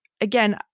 again